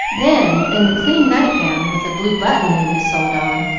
then, in the clean night-gown with a blue button newly sewed on,